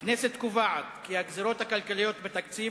הכנסת קובעת כי הגזירות הכלכליות בתקציב